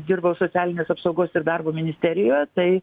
dirbau socialinės apsaugos ir darbo ministerijoje tai